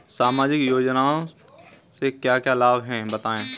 सामाजिक योजना से क्या क्या लाभ हैं बताएँ?